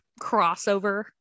crossover